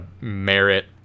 merit